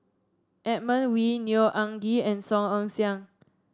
Edmund Wee Neo Anngee and Song Ong Siang